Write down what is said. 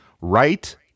Right